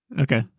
Okay